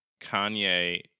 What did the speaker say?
Kanye